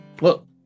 look